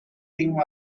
team